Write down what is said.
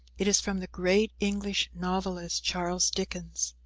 it is from the great english novelist, charles dickens.